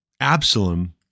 Absalom